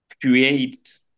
create